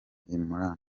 imran